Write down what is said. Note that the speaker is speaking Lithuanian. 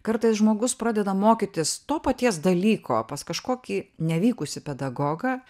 kartais žmogus pradeda mokytis to paties dalyko pas kažkokį nevykusį pedagogą